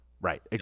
Right